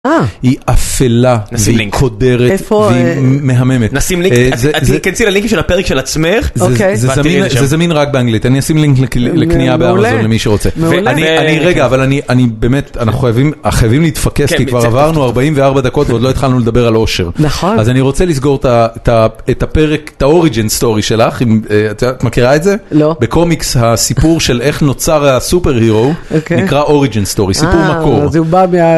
‫היא אפלה והיא קודרת והיא מהממת. ‫-נשים לינק, את תכנסי ללינקים של הפרק של עצמך. ‫זה זמין רק באנגלית, ‫אני אשים לינק לקנייה באמזון למי שרוצה. ‫-מעולה. ‫אני... רגע, אבל אני באמת, ‫אנחנו חייבים להתפקס, ‫כי כבר עברנו 44 דקות ‫ועוד לא התחלנו לדבר על עושר. ‫נכון. ‫-אז אני רוצה לסגור את הפרק, ‫את ה-Origin Story שלך, ‫את מכירה את זה? ‫לא. ‫-בקומיקס הסיפור של איך נוצר ‫הסופר-הירו נקרא ‫-Origin Story, סיפור מקור. ‫-אה, אז הוא בא מה...